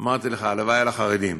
אמרתי לך, הלוואי על החרדים.